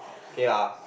okay lah